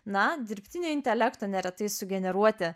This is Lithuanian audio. na dirbtinio intelekto neretai sugeneruoti